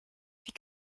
wie